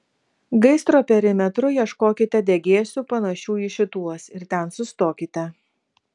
gaisro perimetru ieškokite degėsių panašių į šituos ir ten sustokite